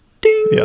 Ding